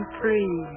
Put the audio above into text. free